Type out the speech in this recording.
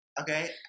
Okay